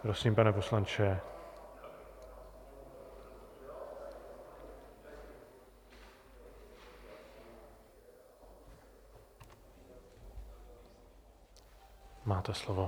Prosím, pane poslanče, máte slovo.